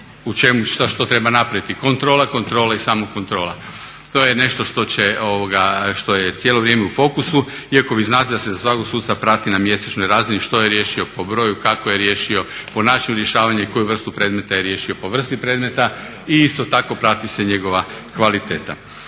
a ono što treba napraviti je kontrola, kontrola i samo kontrola. To je nešto što je cijelo vrijeme u fokusu. Iako vi znate da se za svakog suca prati na mjesečnoj razini što je riješio po broju, kako je riješio, ponašanje u rješavanju i koju vrstu predmeta je riješio po vrsti predmeta. I isto tako prati se njegova kvaliteta.